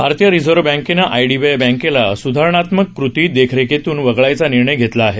भारतीय रिझर्व्ह बँकेनं आयडीबीआय बँकेला सुधारणात्मक कृती देखरेखीतून वगळायचा निर्णय घेतला आहे